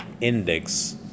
index